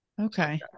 Okay